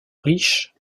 riche